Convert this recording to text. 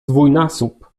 dwójnasób